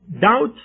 Doubt